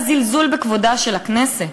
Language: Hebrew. הזלזול בכבודה של הכנסת,